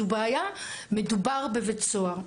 זאת בעיה כי מדובר בבית סוהר.